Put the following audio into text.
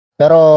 pero